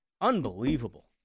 Unbelievable